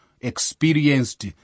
experienced